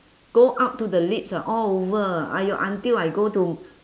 go out to the lips ah all over ah !aiyo! until I go to